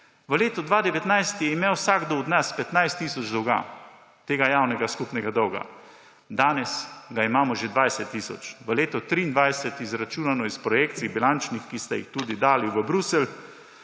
V letu 2019 je imel vsakdo od nas 15 tisoč dolga, javnega skupnega dolga, danes ga imamo že 20 tisoč. V letu 2023, izračunano iz bilančnih projekcij, ki ste jih tudi dali v Bruselj,